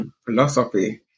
philosophy